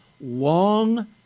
long